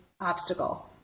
obstacle